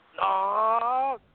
No